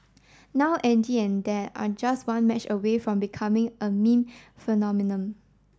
now Andy and dad are just one match away from becoming a meme phenomenon